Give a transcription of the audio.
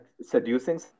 seducing